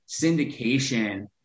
syndication